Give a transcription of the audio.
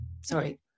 Sorry